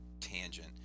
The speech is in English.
tangent